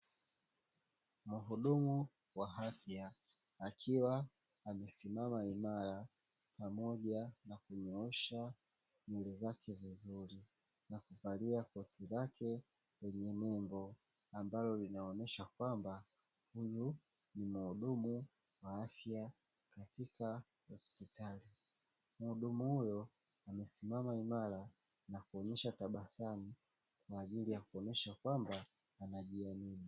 Muhudumu wa afya, akiwa amesimama imara pamoja na kunyoosha nywele zake vizuri. Na kuvalia koti lake lenye nembo, ambalo linaonesha kwamba, huyu ni muhudumu wa afya katika hospitali. Muhudumu huyo amesimama imara na kuonyesha tabasamu kwa ajili ya kuonyesha kwamba anajiamini.